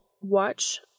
watch